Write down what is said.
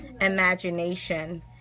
imagination